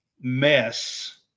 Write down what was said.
mess